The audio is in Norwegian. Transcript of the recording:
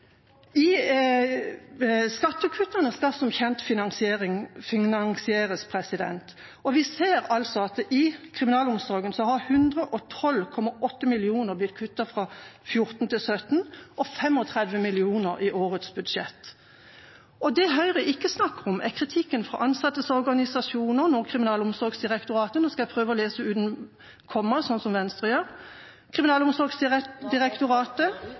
uriktig. Skattekuttene skal som kjent finansieres, og vi ser at i kriminalomsorgen har 112,8 mill. kr blitt kuttet fra 2014 til 2017, og 35 mill. kr i årets budsjett. Det Høyre ikke snakker om, er kritikken fra ansattorganisasjonene – nå skal jeg prøve å lese uten komma, som Venstre gjør